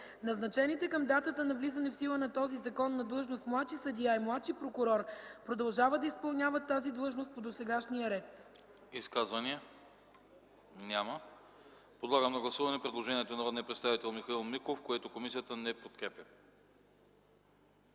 Назначените към датата на влизане в сила на този закон на длъжност младши съдия и младши прокурор продължават да изпълняват тази длъжност по досегашния ред.” ПРЕДСЕДАТЕЛ АНАСТАС АНАСТАСОВ: Изказвания? Няма. Подлагам на гласуване предложението на народния представител Михаил Миков, което комисията не подкрепя.